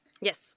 Yes